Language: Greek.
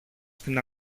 στην